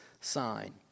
sign